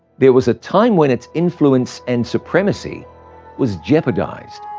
there was a time when its influence and supremacy was jeopardized.